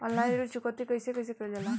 Online ऋण चुकौती कइसे कइसे कइल जाला?